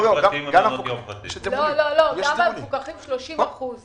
גם עם שר העבודה והרווחה וגם עם ממלא מקום הממונה על